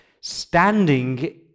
Standing